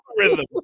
algorithm